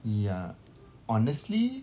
ya honestly